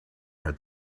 had